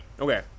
okay